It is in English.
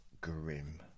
grim